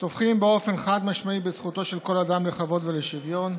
תומכים באופן חד-משמעי בזכותו של כל אדם לכבוד ולשוויון,